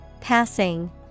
Passing